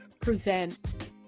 present